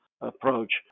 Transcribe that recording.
approach